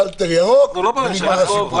שאלטר ירוק ונגמר הסיפור.